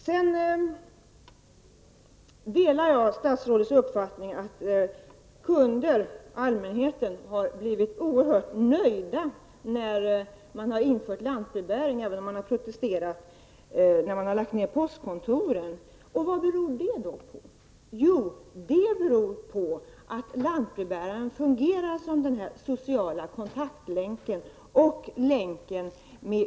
Jag delar statsrådets uppfattning att kunderna, dvs. allmänheten, har blivit oerhört nöjda när man har infört lantbrevbäring, även om de har protesterat över att postkontor har lagts ned. Vad beror detta på? Jo, på att lantbrevbäraren fungerar som en social kontaktlänk med yttervärlden.